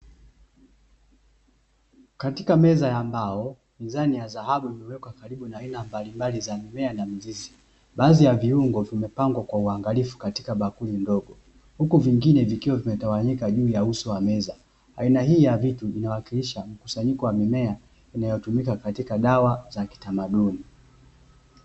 Katika meza ya mbao mzani ya dhahabu imewekwa karibu na aina mbalimbali za mimea na mizizi, baadhi ya viungo vimepangwa kwa uangalifu katika bakuli ndogo huku vingine vikiwa vimetawanyikwa katika uso wa meza. Aina hii ya vitu inawakilisha mimea inayotumika katika dawa za kitamaduni.